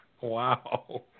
Wow